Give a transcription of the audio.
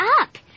up